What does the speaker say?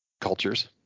cultures